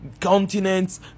continents